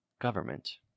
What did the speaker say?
government